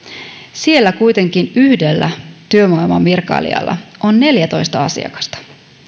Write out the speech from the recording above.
siellä kuitenkin yhdellä työvoimavirkailijalla on neljätoista asiakasta